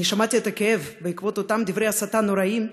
אני שמעתי את הכאב בעקבות אותם דברי הסתה נוראיים,